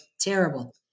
terrible